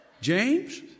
James